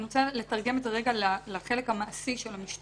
אני רוצה לתרגם את זה לחלק המעשי של המשטרה,